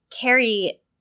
Carrie